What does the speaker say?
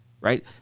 right